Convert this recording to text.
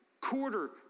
quarter